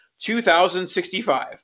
2065